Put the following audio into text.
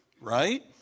right